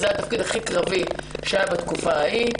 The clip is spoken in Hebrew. זה התפקיד הכי קרבי שהיה בתקופה ההיא,